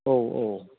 औ औ